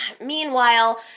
meanwhile